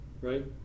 right